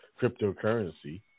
cryptocurrency